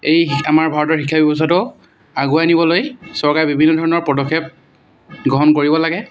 এই আমাৰ ভাৰতৰ শিক্ষা ব্যৱস্থাটো আগুৱাই নিবলৈ চৰকাৰে বিভিন্ন ধৰণৰ পদক্ষেপ গ্ৰহণ কৰিব লাগে